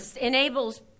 enables